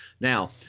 Now